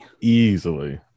Easily